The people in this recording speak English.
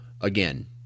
again